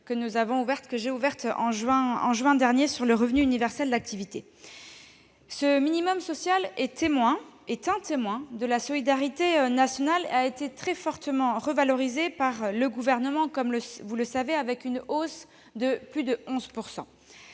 ouvertes en juin dernier sur le revenu universel d'activité. Ce minimum social, témoin de la solidarité nationale, a été très fortement revalorisé par le Gouvernement. Comme vous le savez, la hausse s'élève à plus de 11 %.